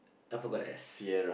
I forgot the S